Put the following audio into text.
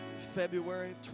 February